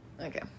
okay